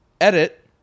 edit